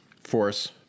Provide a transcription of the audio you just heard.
Force